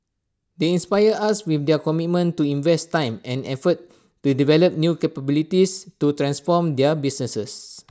they inspire us with their commitment to invest time and effort to develop new capabilities to transform their businesses